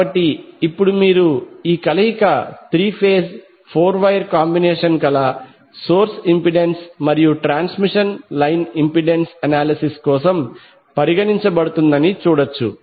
కాబట్టి ఇప్పుడు మీరు ఈ కలయిక త్రీ ఫేజ్ నాలుగు వైర్ కాంబినేషన్ కల సోర్స్ ఇంపెడెన్స్ మరియు ట్రాన్స్మిషన్ లైన్ ఇంపెడెన్స్ అనాలిసిస్ కోసం పరిగణించబడుతుందని చూడవచ్చు